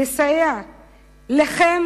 לסייע לכם